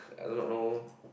I do not know